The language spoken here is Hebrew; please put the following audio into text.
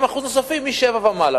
ו-30% נוספים משבעה ומעלה.